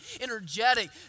energetic